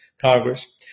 Congress